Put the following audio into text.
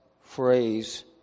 phrase